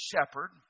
shepherd